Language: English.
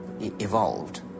evolved